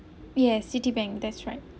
yeah Citibank that's right